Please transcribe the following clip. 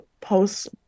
post-